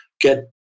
get